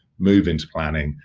move into planning.